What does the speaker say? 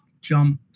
jump